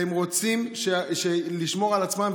והם רוצים לשמור על עצמם,